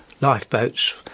lifeboats